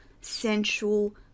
sensual